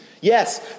Yes